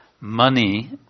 money